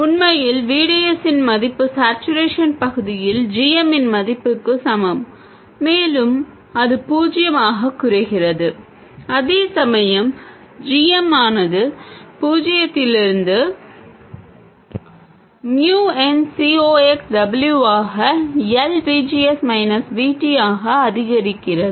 உண்மையில் g d s இன் மதிப்பு சேட்சுரேஷன் பகுதியில் g m இன் மதிப்புக்கு சமம் மேலும் அது பூஜ்ஜியமாகக் குறைகிறது அதேசமயம் g m ஆனது பூஜ்ஜியத்திலிருந்து mu n C ox W ஆக L V G S minus V T ஆக அதிகரிக்கிறது